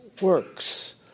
works